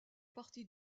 partie